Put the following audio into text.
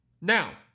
Now